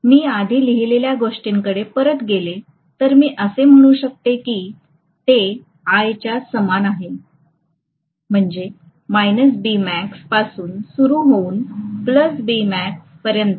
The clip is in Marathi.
जर मी आधी लिहिलेल्या गोष्टींकडे परत गेले तर मी असे म्हणू शकते की ते I च्या समान आहे म्हणजे पासून सुरु होऊन पर्यंत